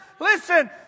Listen